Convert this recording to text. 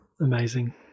Amazing